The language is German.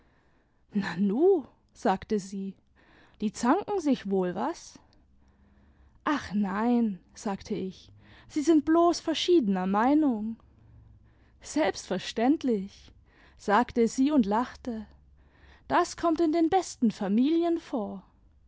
nanu sagte sie die zanken sich wohl was ach nein sagte ich sie sind bloß verschiedener meinung selbstverständlich sagte sie und lachte das kommt in den besten familien vor